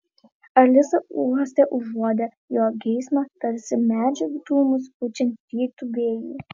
alisa uoste užuodė jo geismą tarsi medžio dūmus pučiant rytų vėjui